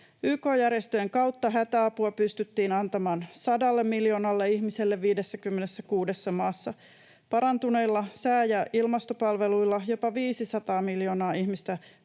YK-järjestöjen kautta hätäapua pystyttiin antamaan 100 miljoonalle ihmiselle 56 maassa. Parantuneilla sää- ja ilmastopalveluilla jopa 500 miljoonaa ihmistä